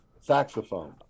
saxophone